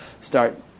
start